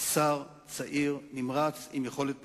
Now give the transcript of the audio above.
שר צעיר, נמרץ, עם יכולת פרלמנטרית,